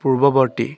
পূৰ্বৱৰ্তী